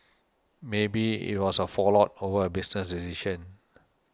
maybe it was a fallout over a business decision